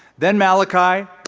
then malachi,